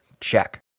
check